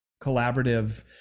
collaborative